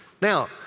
Now